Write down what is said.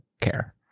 care